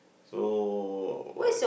so